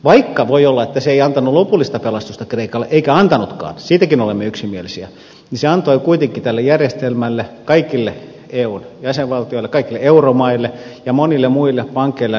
vaikka voi olla niin että se ei antanut lopullista pelastusta kreikalle eikä antanutkaan siitäkin olemme yksimielisiä niin se antoi kuitenkin tälle järjestelmälle kaikille eun jäsenvaltioille kaikille euromaille ja monille muille pankeille ja niin edelleen